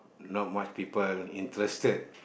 not much people interested